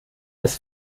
des